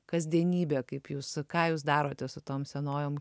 kasdienybė kaip jūs ką jūs darote su tom senojom